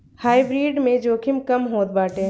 hybrid में जोखिम कम होत बाटे